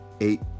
eight